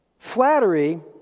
Flattery